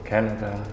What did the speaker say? Canada